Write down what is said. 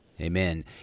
Amen